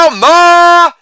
more